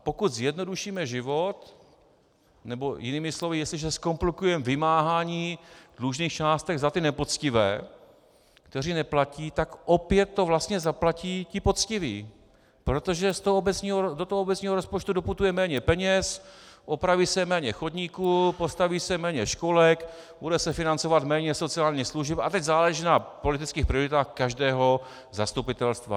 Pokud zjednodušíme život, nebo jinými slovy, jestliže zkomplikujeme vymáhání dlužných částek za ty nepoctivé, kteří neplatí, opět to vlastně zaplatí ti poctiví, protože do obecního rozpočtu doputuje méně peněz, opraví se méně chodníků, postaví se méně školek, bude se financovat méně sociálních služeb, a teď záleží na politických prioritách každého zastupitelstva.